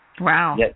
Wow